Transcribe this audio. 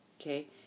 Okay